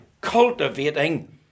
cultivating